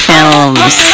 Films